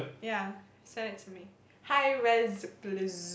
ya send it to me hi rise please